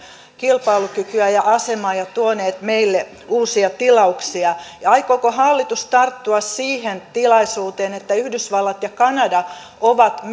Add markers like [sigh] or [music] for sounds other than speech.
kilpailukykyä ja asemaa ja tuoneet meille uusia tilauksia ja aikooko hallitus tarttua siihen tilaisuuteen että yhdysvallat ja kanada ovat [unintelligible]